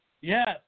Yes